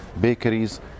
bakeries